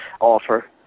offer